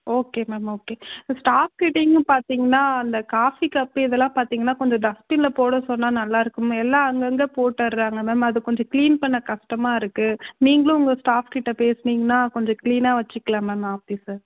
okay மேம் okay staff கிட்டேயும் பார்த்தீங்கன்னா அந்த காஃபி கப்பு இதெல்லாம் பார்த்தீங்கன்னா கொஞ்சம் டஸ்ட்பினில் போட சொன்னால் நல்லாயிருக்கும் எல்லாம் அங்கே அங்கே போட்டுடுறாங்க மேம் அது கொஞ்சம் கிளீன் பண்ண கஷ்டமா இருக்குது நீங்களும் உங்கள் ஸ்டாஃப் கிட்டே பேசுனீங்கன்னால் கொஞ்சம் கிளீனாக வெச்சுக்கலாம் மேம் ஆஃபீஸை